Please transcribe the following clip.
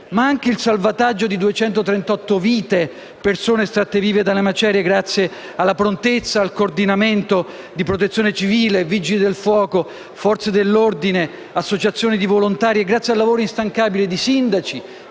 ma anche con il salvataggio di 238 vite, persone estratte vive dalle macerie grazie alla prontezza e al coordinamento di Protezione civile, Vigili del fuoco, Forze dell'ordine, associazioni di volontari e al lavoro instancabile di sindaci,